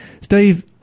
Steve